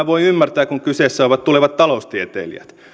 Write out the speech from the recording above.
voi ymmärtää kun kyseessä ovat tulevat taloustieteilijät